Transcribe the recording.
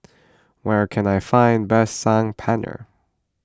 where can I find best Saag Paneer